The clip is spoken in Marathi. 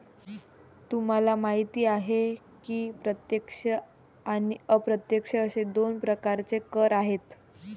तुम्हाला माहिती आहे की प्रत्यक्ष आणि अप्रत्यक्ष असे दोन प्रकारचे कर आहेत